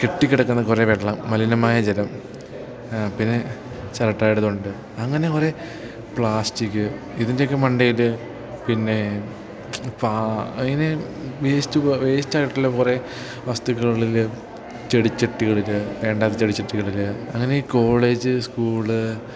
കെട്ടിക്കിടക്കുന്ന കുറേ വെള്ളം മലിനമായ ജലം പിന്നെ ചിരട്ടയുടെ തൊണ്ട് അങ്ങനെ കുറേ പ്ലാസ്റ്റിക് ഇതിൻ്റെയൊക്കെ മണ്ടയിൽ പിന്നെ പാ അതിനെ വേസ്റ്റ് വേസ്റ്റായിട്ടുള്ള കുറേ വസ്തുക്കളിൽ ചെടിച്ചട്ടികളിൽ വേണ്ടാത്ത ചെടിച്ചട്ടികളിൽ അങ്ങനെയീ കോളേജ് സ്കൂൾ